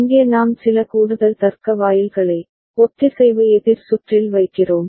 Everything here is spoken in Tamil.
இங்கே நாம் சில கூடுதல் தர்க்க வாயில்களை ஒத்திசைவு எதிர் சுற்றில் வைக்கிறோம்